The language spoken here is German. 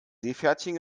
seepferdchen